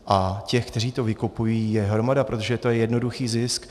A těch, kteří to vykupují, je hromada, protože je to jednoduchý zisk.